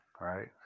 right